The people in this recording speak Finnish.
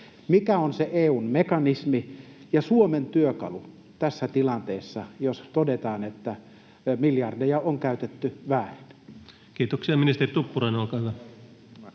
Mikä on se EU:n mekanismi ja Suomen työkalu tässä tilanteessa, jos todetaan, että miljardeja on käytetty väärin? Kiitoksia. — Ministeri Tuppurainen, olkaa hyvä.